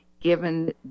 given